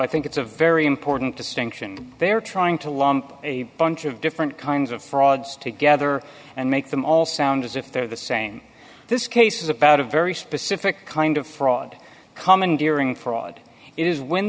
i think it's a very important distinction they're trying to lump a bunch of different kinds of frauds together and make them all sound as if they're the same this case is about a very specific kind of fraud commandeering fraud is when